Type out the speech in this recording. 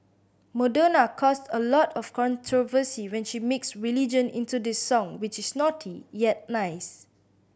Madonna caused a lot of controversy when she mixed religion into this song which is naughty yet nice